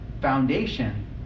foundation